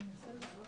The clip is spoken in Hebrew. בשעה